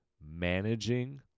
managing